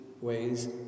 ways